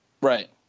Right